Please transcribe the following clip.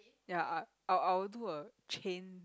ya I I I'll do a chain